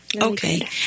Okay